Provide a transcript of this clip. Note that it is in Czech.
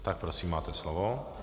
Tak prosím, máte slovo.